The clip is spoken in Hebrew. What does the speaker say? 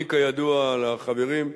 אני, כידוע לחברים,